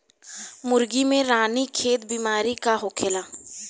मुर्गी में रानीखेत बिमारी का होखेला?